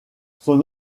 son